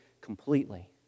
completely